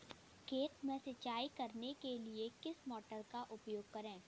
खेत में सिंचाई करने के लिए किस मोटर का उपयोग करें?